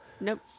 Nope